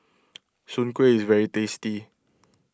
Soon Kuih is very tasty